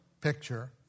picture